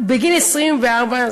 בגיל 24,